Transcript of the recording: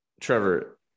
Trevor